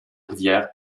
rivière